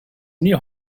knew